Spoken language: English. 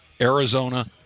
Arizona